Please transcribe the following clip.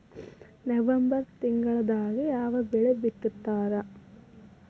November ತಿಂಗಳದಾಗ ಯಾವ ಬೆಳಿ ಬಿತ್ತತಾರ?